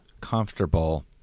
comfortable